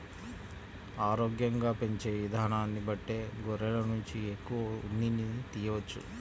ఆరోగ్యంగా పెంచే ఇదానాన్ని బట్టే గొర్రెల నుంచి ఎక్కువ ఉన్నిని తియ్యవచ్చు